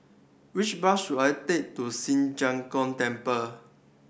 which bus should I take to Ci Zheng Gong Temple